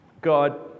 God